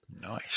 Nice